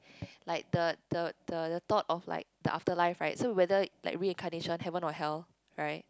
like the the the the thought of like the after life right so whether like reincarnation heaven or hell right